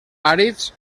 àrids